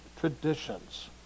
traditions